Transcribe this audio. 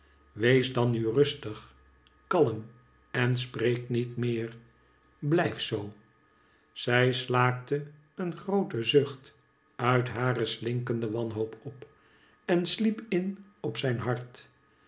wees dan nu rustig kalm en spreek niet meer blijf zoo zij slaakte een groote zucht uit hare slinkende wanhoop op en sliep in op zijn hart